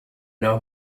know